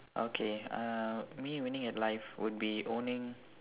okay uh me winning at life would be owning